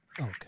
okay